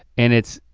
and it's.